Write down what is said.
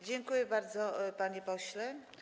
Dziękuję bardzo, panie pośle.